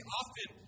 often